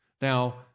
Now